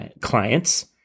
clients